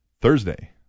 Thursday